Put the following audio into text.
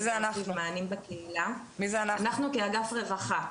אנחנו כאגף רווחה,